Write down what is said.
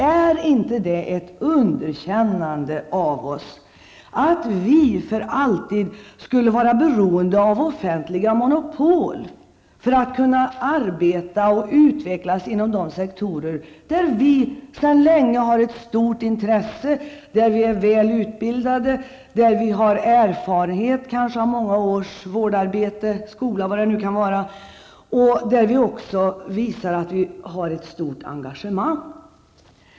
Är inte det ett underkännande av oss att tro att vi för alltid skulle vara beroende av offentliga monopol för att kunna arbeta och utvecklas inom de sektorer där vi sedan länge har ett stort intresse, är väl utbildade, har erfarenhet av många års arbete inom vård, skola osv. och där visar att vi har ett stort engagemang?